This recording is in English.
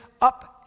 up